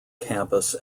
campus